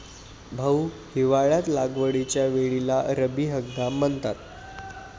भाऊ, हिवाळ्यात लागवडीच्या वेळेला रब्बी म्हणतात